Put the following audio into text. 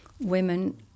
women